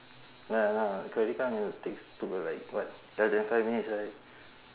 ya lah credit card need to takes two or like what ya then five minutes right